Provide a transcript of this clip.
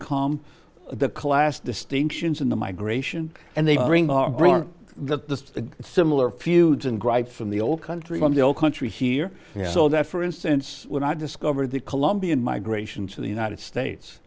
calm the class distinctions in the migration and they bring the similar feuds and gripes from the old country from the old country here so that for instance when i discovered the colombian migration to the united states